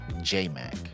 J-Mac